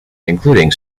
including